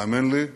האמן לי,